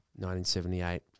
1978